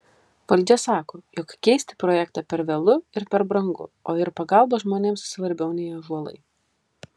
valdžia sako jog keisti projektą per vėlu ir per brangu o ir pagalba žmonėms svarbiau nei ąžuolai